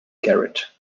garrett